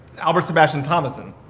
albert sebastian thomason.